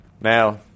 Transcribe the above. Now